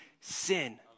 sin